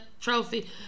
trophy